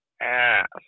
ass